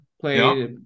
play